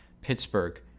Pittsburgh